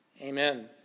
Amen